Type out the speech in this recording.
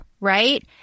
right